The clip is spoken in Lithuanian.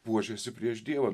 puošėsi prieš dievą